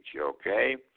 okay